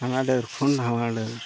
ᱦᱟᱱᱟ ᱰᱟᱹᱨ ᱠᱷᱚᱱ ᱱᱟᱣᱟ ᱰᱟᱹᱨ